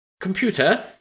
Computer